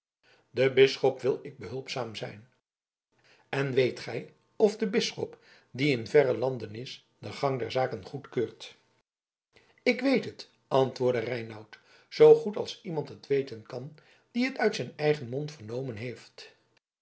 den bisschop wil ik behulpzaam zijn en weet gij of de bisschop die in verre landen is den gang der zaken goedkeurt ik weet het antwoordde reinout zoo goed als iemand het weten kan die het uit zijn eigen mond vernomen heeft